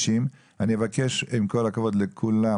עוד עשר דקות אני אבקש עם כל הכבוד מכולם